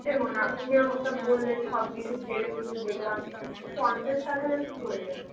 দেখুন আপনি যেরকমটা বললেন সব কিছু ভেবে চিন্তে দেখলাম পঞ্চাশ ষাট হাজার তো পড়ে যাবে